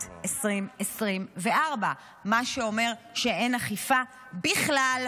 2024. זה ממש --- מה שאומר שאין אכיפה בכלל,